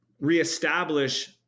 reestablish